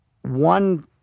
one